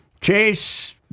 chase